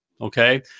Okay